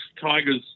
Tiger's